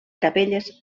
capelles